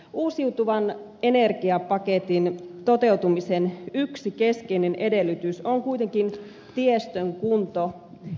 uusiutuvan energiapaketin toteutumisen yksi keskeinen edellytys on kuitenkin tiestön kunto